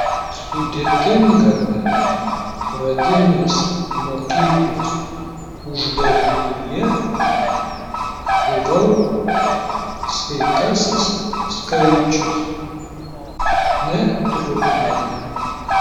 sudėtingame pradinės mokyklos uždavinyje buvau sveikasis skaičius ne trupmena